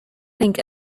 think